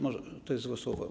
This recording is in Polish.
Może to jest złe słowo.